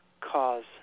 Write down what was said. cause